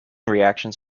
reactions